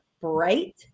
bright